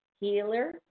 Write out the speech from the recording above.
healer